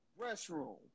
restroom